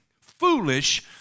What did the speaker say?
foolish